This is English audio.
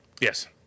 Yes